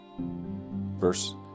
verse